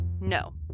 No